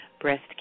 Breast